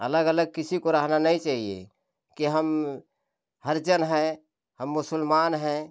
अलग अलग किसी को रहना नहीं चहिए कि हम हरिजन हैं हम मुसलमान हैं